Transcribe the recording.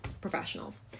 professionals